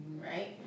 right